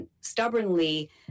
stubbornly